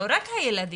לא רק הילדים,